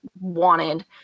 wanted